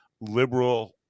liberal